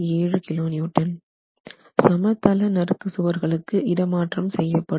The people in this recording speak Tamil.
7 kN சம தள நறுக்கு சுவர்களுக்கு இடமாற்றம் செய்ய படும்